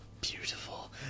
Beautiful